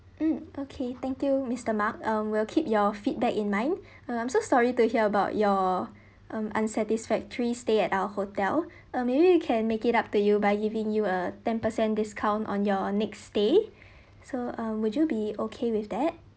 mm okay thank you mister mark um will keep your feedback in mind uh I'm so sorry to hear about your um unsatisfactory stay at our hotel uh maybe we can make it up to you by giving you a ten percent discount on your next stay so um would you be okay with that